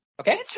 Okay